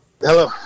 Hello